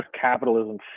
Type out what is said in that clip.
capitalism